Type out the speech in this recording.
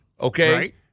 Okay